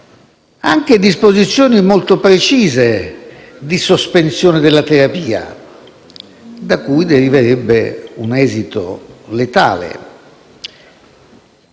prima disposizioni anche molto precise di sospensione della terapia, da cui deriverebbe un esito letale.